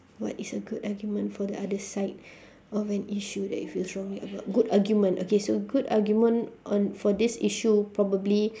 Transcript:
what is a good argument for the other side of an issue that you feel strongly about good argument okay so good argument on for this issue probably